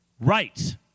Right